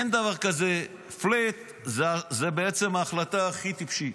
אין דבר כזה, פלאט זה בעצם ההחלטה הכי טיפשית.